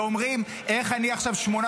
ואומרים: איך אני איאבק עכשיו שמונה